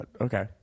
okay